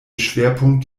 schwerpunkt